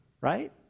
Right